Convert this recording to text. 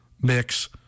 mix